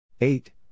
Eight